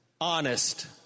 honest